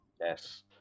Yes